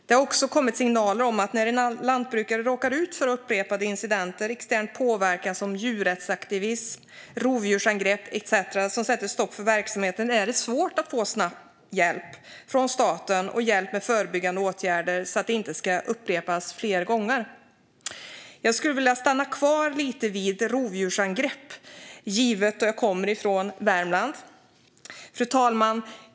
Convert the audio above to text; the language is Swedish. Det har också kommit signaler om att när en lantbrukare råkar ut för upprepade incidenter - extern påverkan som djurrättsaktivism, rovdjursangrepp etcetera - som sätter stopp för verksamheten är det svårt att få snabb hjälp från staten och hjälp med förebyggande åtgärder så att det inte ska upprepas. Jag skulle vilja stanna kvar vid rovdjursangrepp, givet att jag kommer från Värmland. Fru talman!